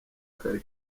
kari